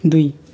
दुई